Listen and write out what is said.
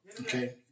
Okay